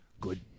good